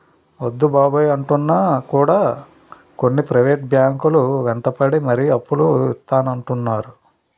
వద్దు బాబోయ్ అంటున్నా కూడా కొన్ని ప్రైవేట్ బ్యాంకు లు వెంటపడి మరీ అప్పులు ఇత్తానంటున్నాయి